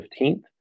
15th